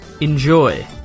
Enjoy